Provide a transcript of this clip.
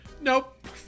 nope